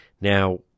Now